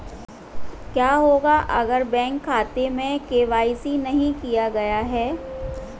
क्या होगा अगर बैंक खाते में के.वाई.सी नहीं किया गया है?